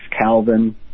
Calvin